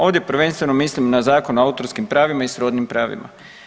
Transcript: Ovdje prvenstveno mislim na Zakon o autorskim pravima i srodnim pravima.